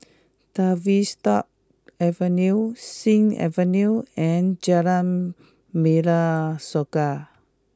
Tavistock Avenue Sing Avenue and Jalan Merah Saga